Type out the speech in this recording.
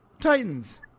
Titans